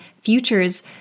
futures